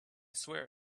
swear